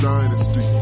Dynasty